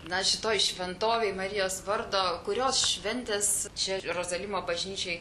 na šitoje šventovėje marijos vardo kurios šventės čia rozalimo bažnyčioj